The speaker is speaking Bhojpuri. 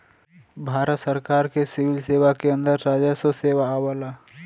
भारत सरकार के सिविल सेवा के अंदर राजस्व सेवा आवला